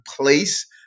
place